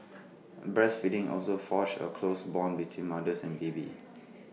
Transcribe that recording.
breastfeeding also forges A close Bond between mother and baby